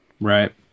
Right